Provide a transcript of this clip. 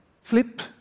flip